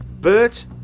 Bert